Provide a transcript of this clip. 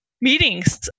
meetings